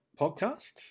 podcast